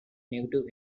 negative